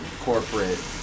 corporate